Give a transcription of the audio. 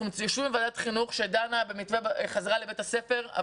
אנחנו יושבים בוועדת החינוך לדון במתווה החזרה לבית הספר,